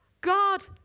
God